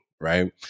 right